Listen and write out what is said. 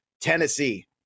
Tennessee